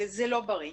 זה לא בריא.